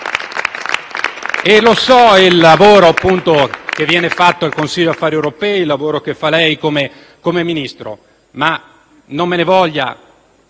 Conosco il lavoro che viene fatto al Consiglio affari esteri e il lavoro che fa lei come Ministro, ma - non me ne voglia